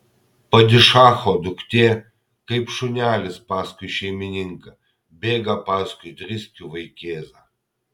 padišacho duktė kaip šunelis paskui šeimininką bėga paskui driskių vaikėzą